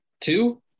Two